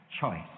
choice